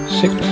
six